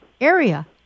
area